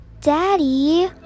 Daddy